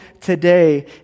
today